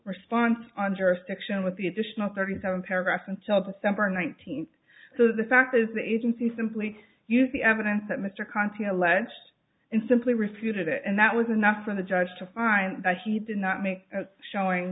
response on jurisdiction with the additional thirty seven paragraphs until december nineteenth so the fact is the agency simply used the evidence that mr conti alleged in simply refuted it and that was enough for the judge to find that he did not make a showing